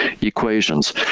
equations